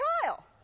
trial